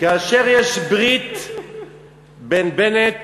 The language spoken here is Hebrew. כאשר יש ברית בין בנט